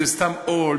זה סתם עול.